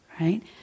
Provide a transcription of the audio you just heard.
right